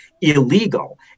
illegal